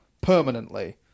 permanently